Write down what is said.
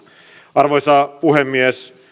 arvoisa puhemies